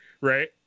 Right